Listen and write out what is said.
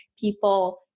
people